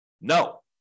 No